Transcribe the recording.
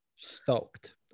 stoked